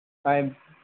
ꯍꯣꯏ